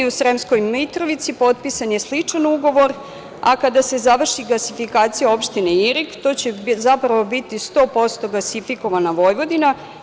U Sremskoj Mitrovici potpisan je sličan ugovor, a kada se završi gasifikacija opštine Irig to će zapravo biti 100% gasifikovana Vojvodina.